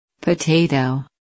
Potato